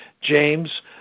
James